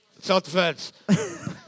Self-defense